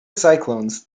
cyclones